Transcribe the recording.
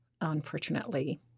unfortunately